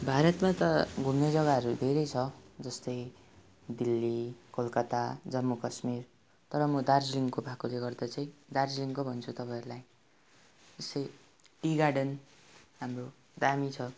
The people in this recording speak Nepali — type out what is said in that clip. भारतमा त घुम्ने जग्गाहरू धेरै छ जस्तै दिल्ली कोलकाता जम्मू कश्मीर तर म दार्जिलिङको भएकोले गर्दा चाहिँ दार्जिलिङको भन्छु तपाईँहरूलाई जस्तै टी गार्डन हाम्रो दामी छ